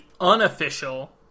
unofficial